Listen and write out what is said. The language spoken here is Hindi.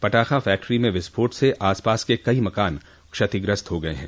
पटाखा फक्ट्री में विस्फोट से आसपास के कई मकान क्षतिग्रस्त हो गये हैं